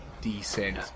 decent